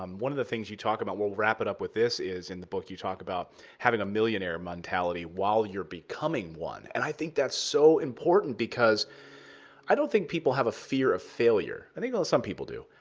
um one of the things you talk about we'll wrap it up with this is in the book, you talk about having a millionaire mentality while you're becoming one. and i think that's so important, because i don't think people have a fear of failure. i think some people do.